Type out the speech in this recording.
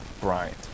Bryant